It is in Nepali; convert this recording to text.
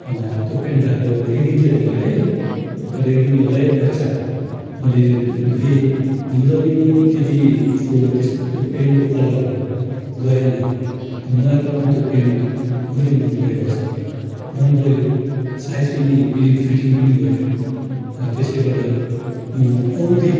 त्यो पेन्ट लगाएको एक दिन चाहिँ लगाएँ तर एक दिन लगाएपश्चात मैले धोएँ धुँदा पनि त्यति उसको त्यस त्यो पेन्टको कलरहरू गएन त मलाई त त्यो पेन्ट औधी मनपरेको छ मनपऱ्यो साइज पनि फेरि फिटिङ पनि भयो त्यसले गर्दा म औधी